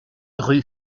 rue